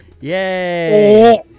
Yay